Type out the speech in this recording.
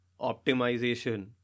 optimization